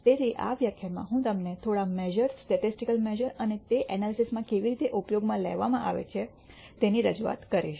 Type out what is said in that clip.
તેથી આ વ્યાખ્યાનમાં હું તમને થોડા મેશ઼ર સ્ટેટીસ્ટીકેલ મેશ઼ર અને તે ઍનાલિસિસ માં કેવી રીતે ઉપયોગમાં લેવાય છે તેની રજૂઆત કરીશ